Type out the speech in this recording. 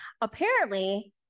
apparently-